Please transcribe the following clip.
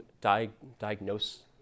diagnose